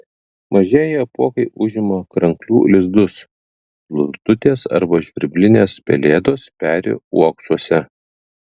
mažieji apuokai užima kranklių lizdus lututės arba žvirblinės pelėdos peri uoksuose